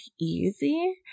easy